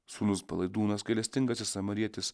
sūnus palaidūnas gailestingasis samarietis